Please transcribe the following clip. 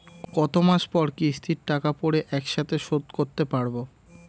কত মাস পর কিস্তির টাকা পড়ে একসাথে শোধ করতে পারবো?